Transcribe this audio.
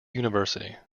university